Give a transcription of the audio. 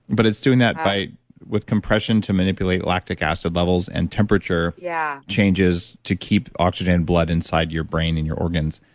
but it's doing that by with compression to manipulate lactic acid levels and temperature yeah changes to keep oxygen blood inside your brain and your organs.